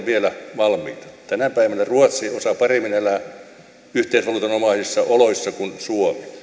vielä valmiita tänä päivänä ruotsi osaa elää yhteisvaluutanomaisissa oloissa paremmin kuin suomi